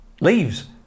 leaves